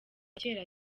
kera